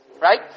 Right